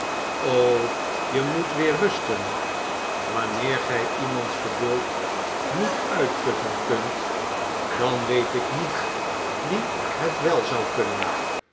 je moet weer rusten wanneer gij iemands geduld niet uitputten kunt dan weet ik niet wie het wel zou kunnen